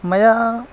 मया